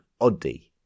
Oddi